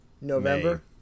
November